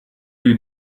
you